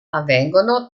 avvengono